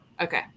okay